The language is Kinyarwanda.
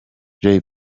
jay